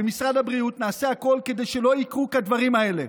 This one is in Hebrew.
במשרד הבריאות נעשה הכול כדי שלא יקרו כדברים האלה.